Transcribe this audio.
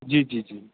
ਜੀ ਜੀ ਜੀ